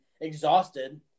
exhausted